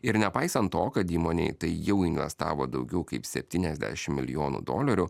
ir nepaisant to kad įmonė į tai jau investavo daugiau kaip septyniasdešim milijonų dolerių